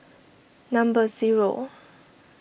number zero